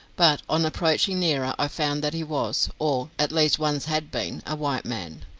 but on approaching nearer, i found that he was, or at least once had been, a white man.